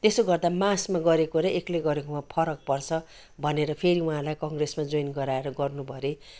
त्यसो गर्दा मासमा गरेको र एकलै गरेकोमा फरक पर्छ भनेर फेरि उहाँलाई कङ्ग्रेसमा जोइन गराएर गर्नु भयो अरे